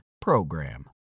PROGRAM